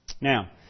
Now